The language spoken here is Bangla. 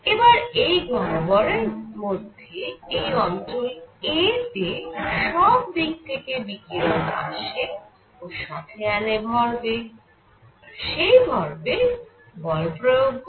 এবার এই গহ্বরের মধ্যে এই অঞ্চল a তে সব দিক থেকে বিকিরণ আসে ও সাথে আনে ভরবেগ আর সেই ভরবেগ বল প্রয়োগ করে